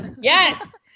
yes